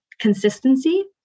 consistency